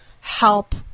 help